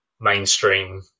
Mainstream